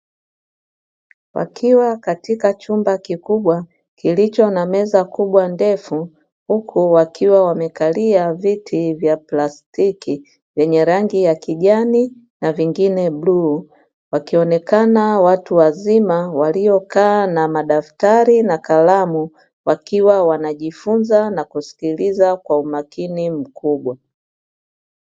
Wakiwa katika chumba kikubwa kilicho na meza kubwa ndefu huku wakiwa wamekalia viti vya plastiki yenye rangi ya kijani na vingine blue, wakionekana watu wazima waliokaa na madaftari na kalamu wakiwa wanajifunza na kusikiliza kwa umakini mkubwa.